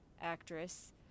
actress